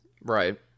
Right